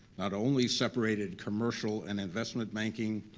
not only separated commercial and investment banking,